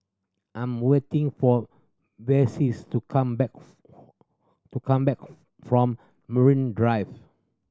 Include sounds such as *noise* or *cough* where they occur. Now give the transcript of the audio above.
I'm waiting for Vessie to come back *noise* to come back *noise* from Marine Drive